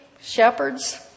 shepherds